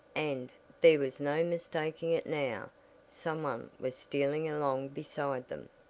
and there was no mistaking it now someone was stealing along beside them!